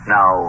Now